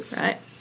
Right